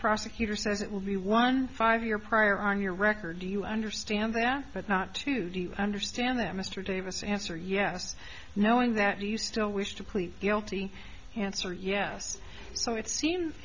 prosecutor says it will be one five year prior on your record do you understand that but not to understand that mr davis answer yes knowing that you still wish to plead guilty answer yes so it seems